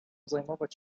zajmować